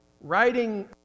writing